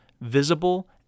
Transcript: visible